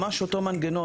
ממש אותו מנגנון.